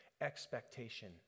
expectation